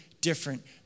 different